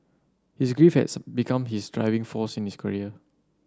his grief has become his driving force in his career